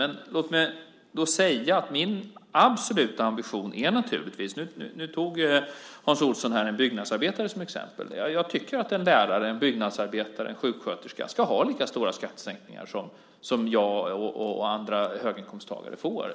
Men låt mig då säga att min absoluta ambition naturligtvis är - Hans Olsson tog en byggnadsarbetare som exempel - att en lärare, en byggnadsarbetare eller en sjuksköterska ska få lika stora skattesänkningar som jag och andra höginkomsttagare får.